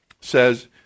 says